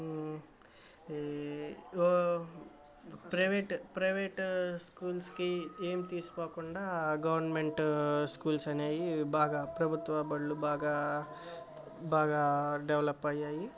ఏ ఓహ్ private private స్కూల్స్కి ఏం తీసిపోకుండా గవర్నమెంట్ స్కూల్స్ అనేవి బాగా ప్రభుత్వ బళ్ళు బాగా బాగా డెవలప్ అయ్యాయి